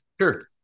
Sure